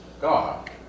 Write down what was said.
God